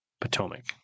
Potomac